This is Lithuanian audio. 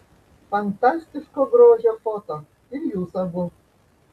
fantastiško grožio foto ir jūs abu